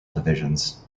divisions